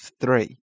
three